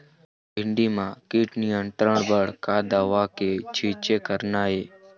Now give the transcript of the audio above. भिंडी म कीट नियंत्रण बर का दवा के छींचे करना ये?